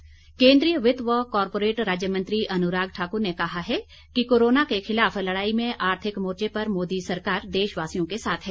अनुराग केन्द्रीय वित्त व कॉरपोरेट राज्य मंत्री अनुराग ठाकुर ने कहा है कि कोरोना के खिलाफ लड़ाई में आर्थिक मोर्चे पर मोदी सरकार देशवासियों के साथ है